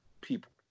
people